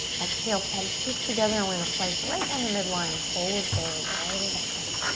exhale, palms kiss together and we're gonna slice right down the midline, forward fold all the way back down.